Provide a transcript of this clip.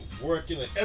working